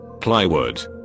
plywood